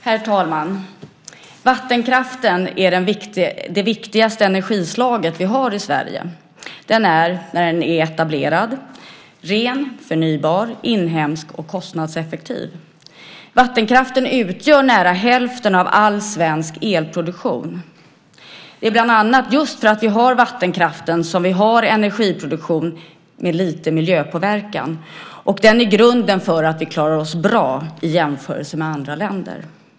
Herr talman! Vattenkraften är det viktigaste energislaget vi har i Sverige. Den är, när den är etablerad, ren, förnybar, inhemsk och kostnadseffektiv. Vattenkraften utgör nära hälften av all svensk elproduktion. Det är bland annat just för att vi har vattenkraften som vi har en energiproduktion med lite miljöpåverkan, och den är grunden för att vi klarar oss bra i jämförelse med andra länder.